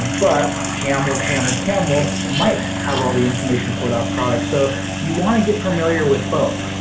but camel camel camel might have all the information for that product so you want to get familiar with both.